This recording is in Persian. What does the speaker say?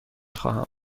خواهم